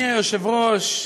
אדוני היושב-ראש,